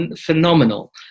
phenomenal